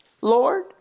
Lord